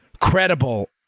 credible